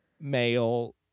male